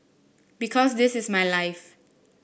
because this is my life